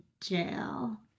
jail